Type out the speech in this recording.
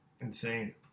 Insane